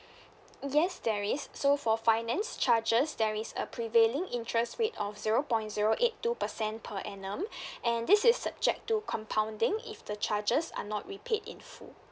yes there is so for finance charges there is a prevailing interest rate of zero point zero eight two percent per annum and this is subject to compounding if the charges are not repaid in full